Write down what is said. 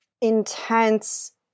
intense